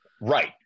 right